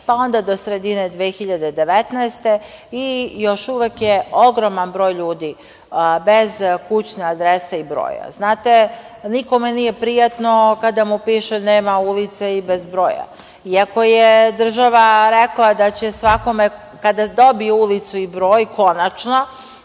pa onda do sredine 2019. godine i još uvek je ogroman broj bez kućne adrese i broja. Znate, nikome nije prijatno kada mu piše nema ulice i bez broja, iako je država rekla da će svakome kada dobije ulicu i broj, konačno,